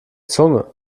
zunge